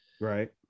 Right